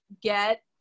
get